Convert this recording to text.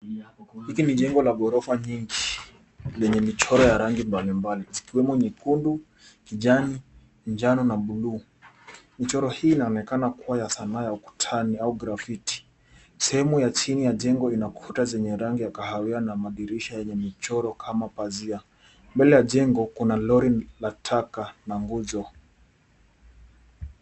Hiki ni jengo la ghorofa nyingi, lenye michoro ya rangi mbalimbali, zikiwemo nyekundu, kijani, njano na buluu. Michoro hii inaonekana kuwa ya sanaa ya ukutani au graffiti. Sehemu ya chini ya jengo lina ukuta zenye rangi ya kahawia na madirisha yenye michoro kama pazia. Mbele ya jengo, kuna lori la taka na nguzo.